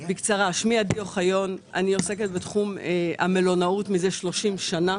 בקצרה, אני עוסקת בתחום המלונאות מזה 30 שנה,